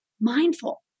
Mindful